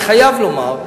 אני חייב לומר,